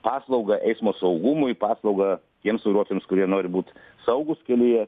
paslaugą eismo saugumui paslaugą tiems vairuotojams kurie nori būt saugūs kelyje